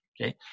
Okay